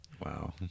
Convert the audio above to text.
Wow